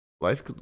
life